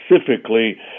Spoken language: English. specifically